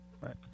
right